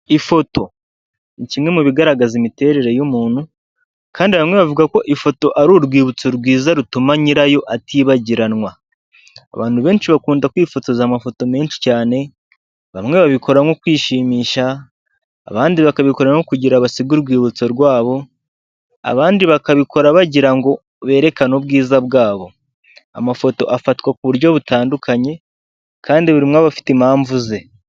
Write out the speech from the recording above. Ifoto ni kimwe mu bigaragaza imiterere y'umuntu, kandi bamwe bavuga ko ifoto ari urwibutso rwiza rutuma nyirayo atibagiranwa, abantu benshi bakunda kwifotoza amafoto menshi cyane, bamwe babikora nko kwishimisha, abandi bakabikora no kugira basigage urwibutso rwabo, abandi bakabikora bagira ngo berekane ubwiza bwabo, amafoto afatwa ku buryo butandukanye kandi buri umwe aba bafite impamvu ze.